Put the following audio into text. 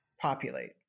populate